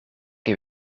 heb